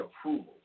approval